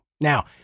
Now